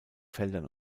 feldern